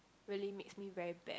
really makes me very bad